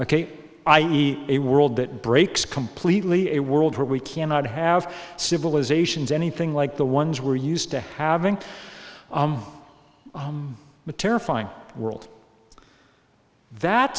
ok i e a world that breaks completely a world where we cannot have civilizations anything like the ones we're used to having a terrifying world that